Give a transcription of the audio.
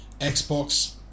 xbox